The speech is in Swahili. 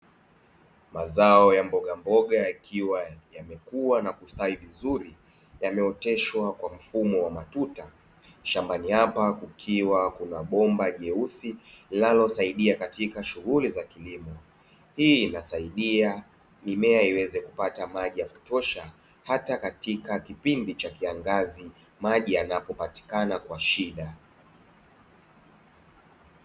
Mazao ya mbogamboga yakiwa yamekua na kustawi vizuri, yameoteshwa kwa mfumo wa matuta, shambani hapa kukiwa kuna bomba jeusi linalosaidia katika shughuli za kilimo. Hii inasaidia mimea iweze kupata maji ya kutosha hata katika kipindi cha kiangazi maji yanayopatikana kwa shida.